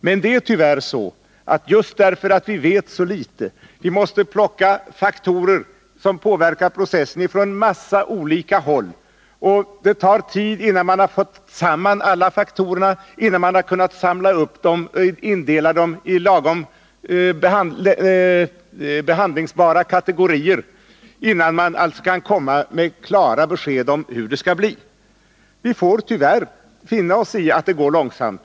Men det är tyvärr så att vi, just därför att vi vet så litet, måste plocka faktorer som påverkar processen från en mängd olika håll, och det tar tid innan man kunnat samla upp alla faktorerna, och indela dem i lagom behandlingsbara kategorier — innan man alltså kan komma med klara besked om hur det skall bli. Vi får tyvärr finna oss i att det går långsamt.